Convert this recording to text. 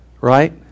right